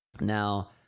Now